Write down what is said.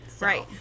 Right